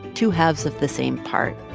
two halves of the same part.